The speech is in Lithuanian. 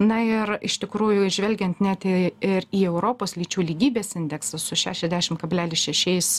na ir iš tikrųjų žvelgiant net į ir į europos lyčių lygybės indeksą su šešiasdešim kablelis šešiais